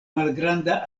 malgranda